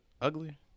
ugly